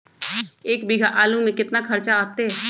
एक बीघा आलू में केतना खर्चा अतै?